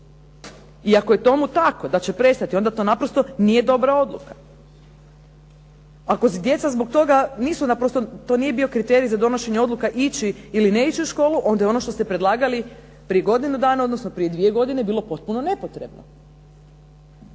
I ako je tomu tako da će prestati, onda to naprosto nije dobra odluka. Ako djeca zbog toga nisu naprosto, to nije bio kriterij za donošenje odluka ići ili ne ići u školu, onda je ono što ste predlagali prije godinu, odnosno prije dvije godine bilo potpuno nepotrebno.